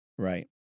Right